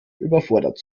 überfordert